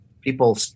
people